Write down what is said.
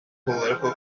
political